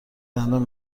دندان